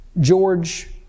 George